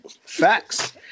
Facts